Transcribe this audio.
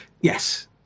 Yes